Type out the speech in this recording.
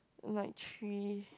night tree